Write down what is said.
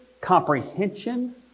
comprehension